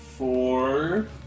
Four